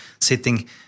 sitting